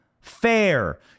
fair